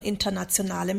internationalem